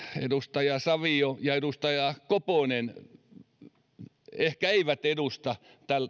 edustaja savio ja edustaja koponen eivät ehkä edusta